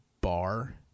bar